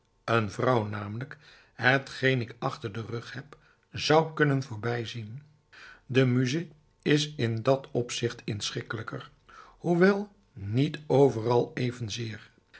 een vrouw namelijk hetgeen ik achter den rug heb zou kunnen voorbijzien de muze is in dat opzicht inschikkelijker hoewel niet overal evenzeer